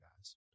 guys